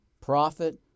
Profit